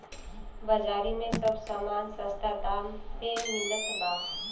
बाजारी में सब समान सस्ता दाम पे मिलत बा